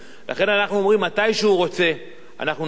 מתי שהוא רוצה אנחנו נשמח להגיע,